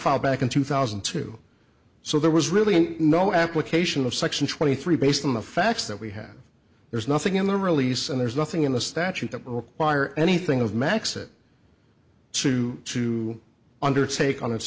file back in two thousand and two so there was really no application of section twenty three based on the facts that we have there's nothing in the release and there's nothing in the statute that require anything of max it two to undertake on its